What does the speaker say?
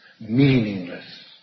meaningless